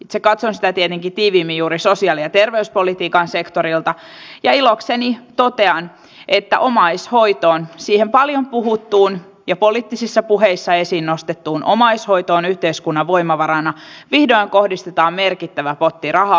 itse katson sitä tietenkin tiiviimmin juuri sosiaali ja terveyspolitiikan sektorilta ja ilokseni totean että omaishoitoon siihen paljon puhuttuun ja poliittisissa puheissa esiin nostettuun omaishoitoon yhteiskunnan voimavarana vihdoin kohdistetaan merkittävä potti rahaa